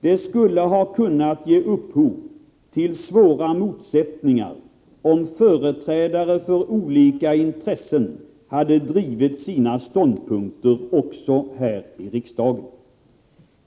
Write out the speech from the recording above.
Det skulle ha kunnat ge upphov till svåra motsättningar, om företrädare för olika intressen hade drivit sina ståndpunkter också här i riksdagen.